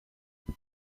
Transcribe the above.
pour